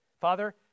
Father